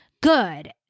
good